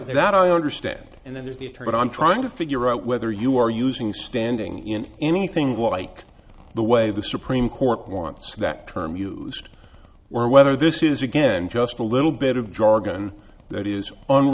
that i understand and then there'd be a target i'm trying to figure out whether you are using standing in anything like the way the supreme court wants that term used or whether this is again just a little bit of jargon that is